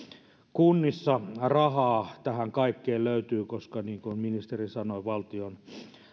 kunnissa rahaa tähän kaikkeen löytyy koska niin kuin ministeri sanoi valtion